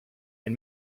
and